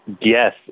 Yes